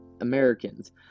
americans